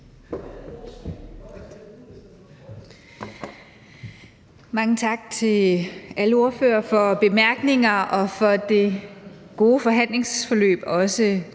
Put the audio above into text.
Mange tak til alle ordførere for bemærkninger og for det gode forhandlingsforløb